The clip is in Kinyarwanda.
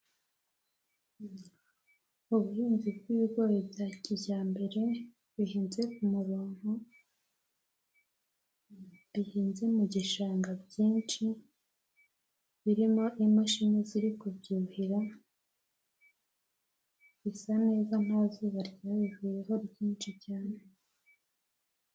Ubuhinzi bw'ibigori bya kijyambere bihinze umurongo, bihinze mu gishanga byinshi, birimo imashini ziri kubyuhira, bisa neza nta zuba ryabivuyeho ryinshi cyane.